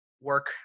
work